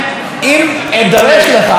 תצטרך להוסיף לי קצת זמן,